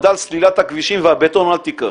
מדד סלילת הכבישים והבטון אל תיקח,